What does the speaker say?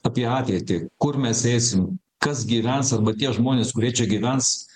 apie ateitį kur mes eisim kas gyvens arba tie žmonės kurie čia gyvens